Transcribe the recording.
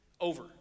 over